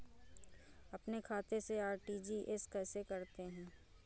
अपने खाते से आर.टी.जी.एस कैसे करते हैं?